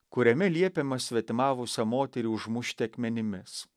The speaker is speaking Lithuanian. kuriame liepiama svetimavusią moterį užmušti akmenimis